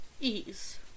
ease